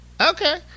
Okay